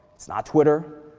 it's not twitter.